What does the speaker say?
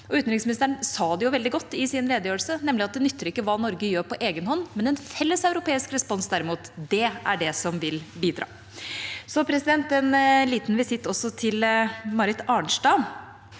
Utenriksministeren sa det veldig godt i sin redegjørelse, nemlig at det ikke nytter hva Norge gjør på egen hånd, men en felles europeisk respons, derimot, er det som vil bidra. Så en liten visitt til Marit Arnstad.